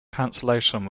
cancellation